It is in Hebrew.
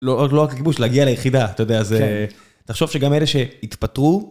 לא, עוד לא רק הגיבוש, להגיע ליחידה, אתה יודע, זה... -כן. -תחשוב שגם אלה שהתפטרו...